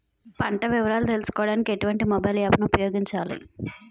పంట వివరాలు తెలుసుకోడానికి ఎటువంటి మొబైల్ యాప్ ను ఉపయోగించాలి?